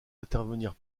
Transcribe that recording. intervenir